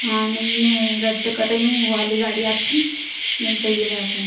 हाँ नहीं मैं रद्द कर रही हूँ वो वाली गाड़ी आपकी नहीं चाहिए मेरे को